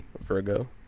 Virgo